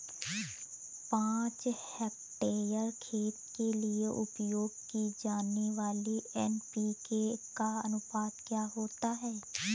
पाँच हेक्टेयर खेत के लिए उपयोग की जाने वाली एन.पी.के का अनुपात क्या होता है?